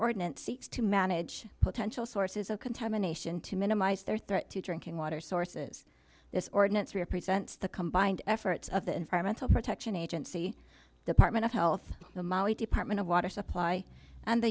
ordinance seeks to manage potential sources of contamination to minimize their threat to drinking water sources this ordinance represents the combined efforts of the environmental protection agency department of health department of water supply and the